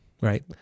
Right